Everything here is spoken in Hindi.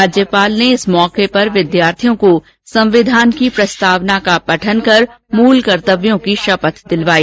राज्यपाल ने इस मौके पर विद्यार्थियों को संविधान की प्रस्तावना का पठन कर मूल कर्त्तव्यों की शपथ दिलवाई